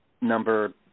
number